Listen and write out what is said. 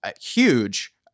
huge